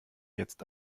jetzt